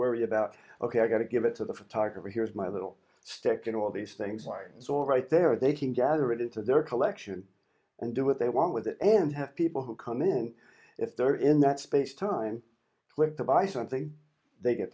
worry about ok i gotta give it to the photographer here's my little stick in all these things like it's all right there they can gather it into their collection and do what they want with it and have people who come in if they're in that space time live to buy something they get